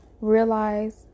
realize